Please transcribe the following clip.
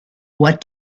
what